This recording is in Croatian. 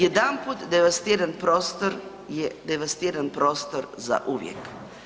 Jedanput devastiran prostor je devastiran prostor zauvijek.